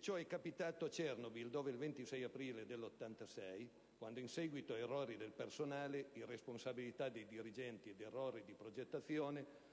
Ciò è capitato a Chernobyl dove il 26 aprile 1986, in seguito ad errori del personale, irresponsabilità dei dirigenti ed errori di progettazione,